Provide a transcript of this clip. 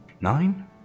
Nine